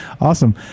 Awesome